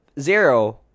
zero